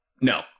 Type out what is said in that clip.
No